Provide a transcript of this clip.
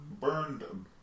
burned